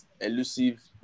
elusive